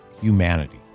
humanity